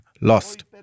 lost